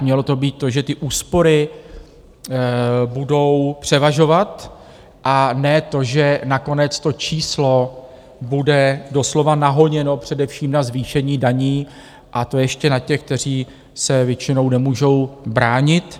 Mělo to být to, že ty úspory budou převažovat a ne to, že nakonec to číslo bude doslova nahoněno především na zvýšení daní, a to ještě na těch, kteří se většinou nemůžou bránit.